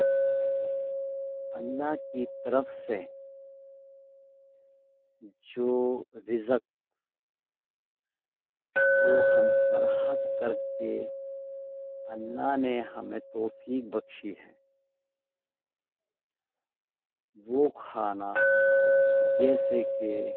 اللہ کی طرف سے جو رزق جو ہم پر حق کر کے اللہ نے ہمیں توفیق بخشی ہے وہ کھانا جیسے کہ